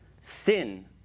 Sin